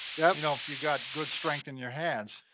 yeah know if you've got good strength in your hands.